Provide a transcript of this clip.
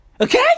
Okay